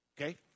Okay